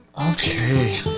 Okay